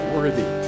Worthy